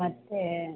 ಮತ್ತೆ